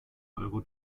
euro